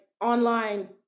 online